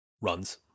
Runs